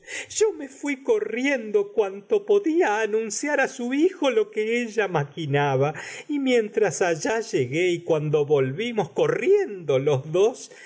yo a su fui corriendo cuanto maquinaba y anunciar hijo lo que ella mientras allá llegué con y cuando volvimos corriendo los dos